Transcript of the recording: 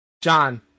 John